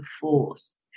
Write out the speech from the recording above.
force